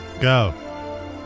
Go